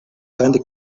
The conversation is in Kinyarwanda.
kandi